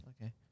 Okay